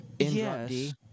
yes